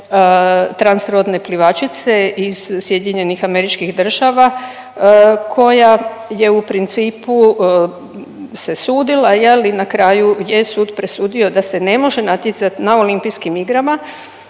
transrodne plivačice iz SAD-a koja je u principu se sudila jel i na kraju je sud presudio da se ne može natjecat na olimpijskim igrama,